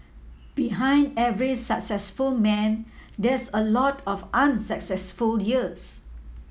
behind every successful man there's a lot of unsuccessful years